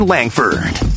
Langford